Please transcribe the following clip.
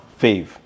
fave